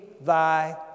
thy